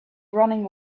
running